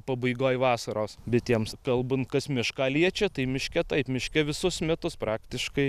pabaigoj vasaros bitėms kalbant kas mišką liečia tai miške taip miške visus metus praktiškai